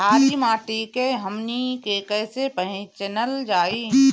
छारी माटी के हमनी के कैसे पहिचनल जाइ?